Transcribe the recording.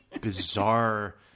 bizarre